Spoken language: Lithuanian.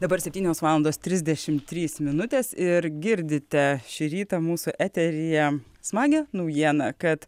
dabar septynios valandos trisdešim trys minutės ir girdite šį rytą mūsų eteryje smagią naujieną kad